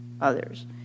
others